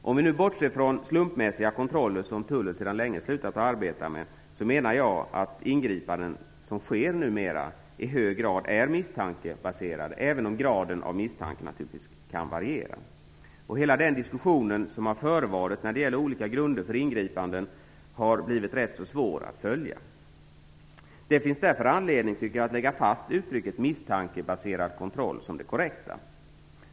Om vi bortser från slumpmässiga kontroller, som tullen sedan länge slutat arbeta med, så menar jag att de ingripanden som sker numera i hög grad är misstankebaserade även om graden av misstanke naturligtvis kan variera. Hela diskussionen om olika grunder för ingripanden har blivit rätt svår att följa. Jag tycker därför att det finns anledning att lägga fast uttrycket misstankebaserad kontroll som det korrekta.